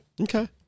okay